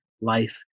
life